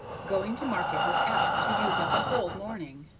going to market was apt to use up a whole morning,